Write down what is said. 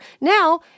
Now